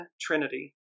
trinity